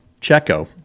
Checo